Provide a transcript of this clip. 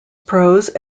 prose